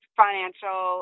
financial